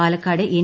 Palakkad N